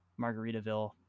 margaritaville